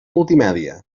multimèdia